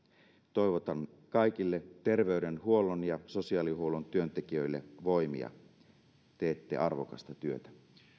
toivotan kaikille terveydenhuollon ja sosiaalihuollon työntekijöille voimia teette arvokasta työtä